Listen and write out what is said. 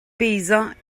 paysans